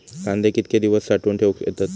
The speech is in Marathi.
कांदे कितके दिवस साठऊन ठेवक येतत?